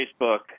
Facebook